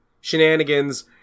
shenanigans